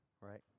right